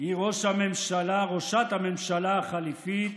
היא ראש הממשלה, ראשת הממשלה, החליפית